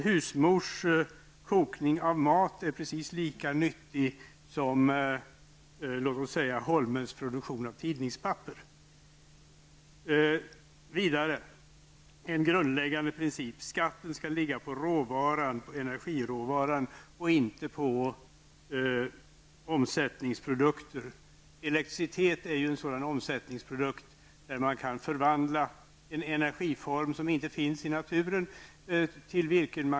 Husmors kokning av mat är precis lika nyttig som Holmens produktion av tidningspapper. Vidare bör en grundläggande princip vara att skatten skall ligga på energiråvaran och inte på omsättningsprodukter. Elektricitet är en sådan omsättningsprodukt. Olika energiråvaror kan förvandlas till en energiform som inte finns i naturen.